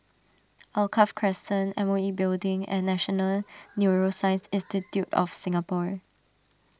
Alkaff Crescent M O E Building and National Neuroscience Institute of Singapore